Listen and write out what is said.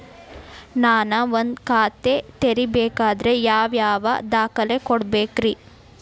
ನಾನ ಒಂದ್ ಖಾತೆ ತೆರಿಬೇಕಾದ್ರೆ ಯಾವ್ಯಾವ ದಾಖಲೆ ಕೊಡ್ಬೇಕ್ರಿ?